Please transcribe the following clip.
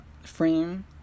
frame